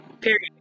Period